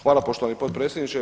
Hvala poštovani potpredsjedniče.